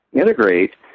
integrate